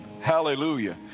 Hallelujah